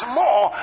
more